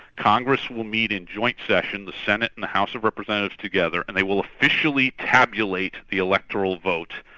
congress will meet in join session, the senate and the house of representatives together, and they will officially tabulate the electoral vote,